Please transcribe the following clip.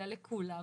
אלא לקולא,